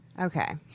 Okay